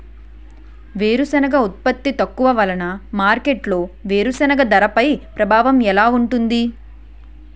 వేరుసెనగ ఉత్పత్తి తక్కువ వలన మార్కెట్లో వేరుసెనగ ధరపై ప్రభావం ఎలా ఉంటుంది?